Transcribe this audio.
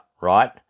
right